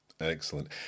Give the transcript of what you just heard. Excellent